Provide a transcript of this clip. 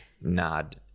nod